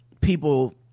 people